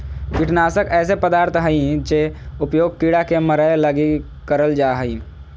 कीटनाशक ऐसे पदार्थ हइंय जेकर उपयोग कीड़ा के मरैय लगी करल जा हइ